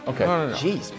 Okay